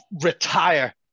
retire